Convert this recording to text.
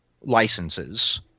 licenses